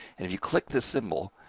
and if you click this symbol,